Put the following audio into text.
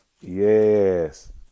Yes